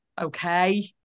okay